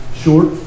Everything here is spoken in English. Short